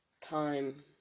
time